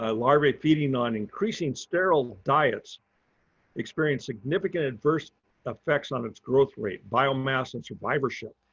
ah larvae feeding on increasing sterile diets experienced significant adverse effects on its growth rate biomass and survivorship.